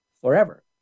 forever